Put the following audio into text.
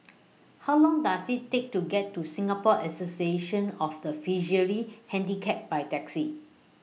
How Long Does IT Take to get to Singapore Association of The Visually Handicapped By Taxi